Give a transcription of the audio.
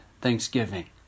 Thanksgiving